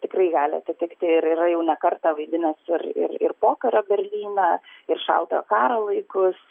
tikrai gali atitikti ir yra jau ne kartą vaidinęs ir ir ir pokario berlyną ir šaltojo karo laikus